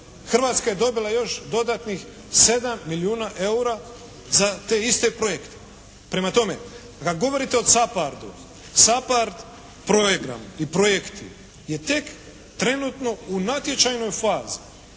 Hrvatska je dobila još dodatnih 7 milijuna EUR-a za te iste projekte. Prema tome kad govorite o «SAPHARD-u» «SAPHARD» program i projekti je tek trenutno u natječajnoj fazi.